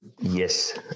Yes